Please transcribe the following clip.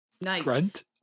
Nice